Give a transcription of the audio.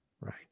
right